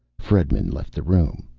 fredman left the room,